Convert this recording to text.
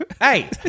hey